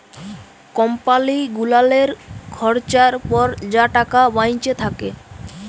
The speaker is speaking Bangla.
কম্পালি গুলালের খরচার পর যা টাকা বাঁইচে থ্যাকে